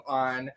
on